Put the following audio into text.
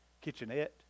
kitchenette